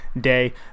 day